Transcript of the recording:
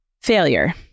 Failure